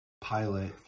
pilot